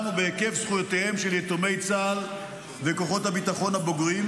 ובהיקף זכויותיהם של יתומי צה"ל וכוחות הביטחון הבוגרים,